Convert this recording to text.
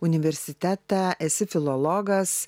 universitetą esi filologas